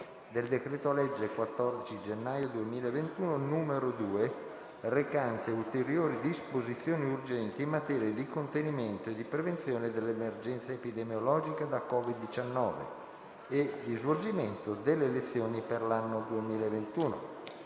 del decreto-legge 14 gennaio 2021, n. 2, recante ulteriori disposizioni urgenti in materia di contenimento e prevenzione dell'emergenza epidemiologica da COVID-19 e di svolgimento delle elezioni per l'anno 2021***